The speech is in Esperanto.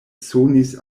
sonis